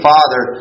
Father